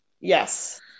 Yes